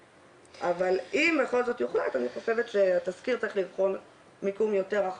אבל אם בכל זאת יוחלט אני חושבת שהתסקיר צריך לבחון מיקום יותר רחב.